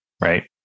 right